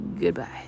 Goodbye